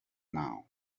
now